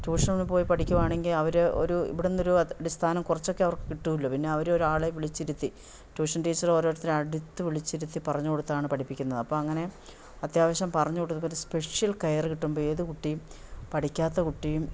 ട്യൂഷന് പോയി പഠിക്കുകയാണെങ്കിൽ അവർ ഒരു ഇവിടെ നിന്ന് ഒരു അടിസ്ഥാനം കുറച്ചൊക്കെ അവർക്ക് കിട്ടുമല്ലോ പിന്നെ അവർ ഒരാളെ വിളിച്ചിരുത്തി ട്യൂഷൻ ടീച്ചറ് ഓരോരുത്തരെ അടുത്ത് വിളിച്ചിരുത്തി പറഞ്ഞു കൊടുത്താണ് പഠപ്പിക്കുന്നത് അപ്പം അങ്ങനെ അത്യാവശ്യം പറഞ്ഞു കൊടുത്തപ്പോൾ ഒരു സ്പെഷ്യൽ കെയറ് കിട്ടുമ്പോൾ ഏത് കുട്ടിയും പഠിക്കാത്ത കുട്ടിയും